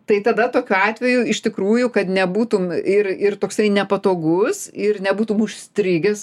tai tada tokiu atveju iš tikrųjų kad nebūtum ir ir toks nepatogus ir nebūtum užstrigęs